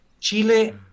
Chile